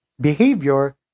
behavior